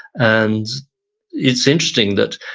and it's interesting that,